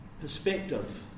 perspective